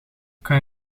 kan